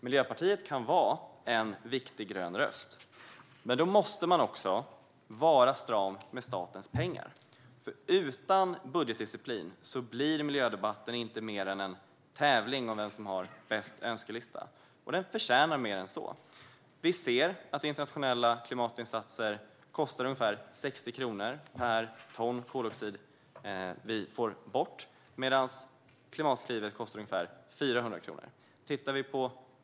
Miljöpartiet kan vara en viktig grön röst, men då måste man vara stram med statens pengar. Utan budgetdisciplin blir miljödebatten inte mer än en tävling om vem som har bäst önskelista, och den förtjänar mer än så. Vi ser att internationella klimatinsatser kostar ungefär 60 kronor per ton koldioxid vi får bort, medan Klimatklivet kostar ungefär 400 kronor.